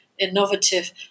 innovative